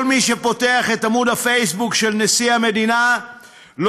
כל מי שפותח את עמוד הפייסבוק של נשיא המדינה לא